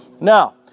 Now